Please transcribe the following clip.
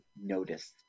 noticed